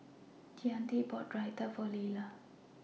Deante bought Raita For Lella